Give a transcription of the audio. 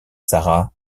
sarah